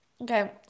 Okay